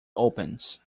opens